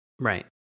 Right